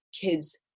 kids